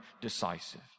decisive